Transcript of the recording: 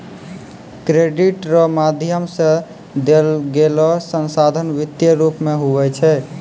credit रो माध्यम से देलोगेलो संसाधन वित्तीय रूप मे हुवै छै